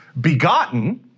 Begotten